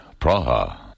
Praha